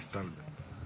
תסתלבט.